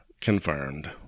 confirmed